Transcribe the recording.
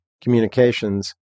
communications